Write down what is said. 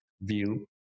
view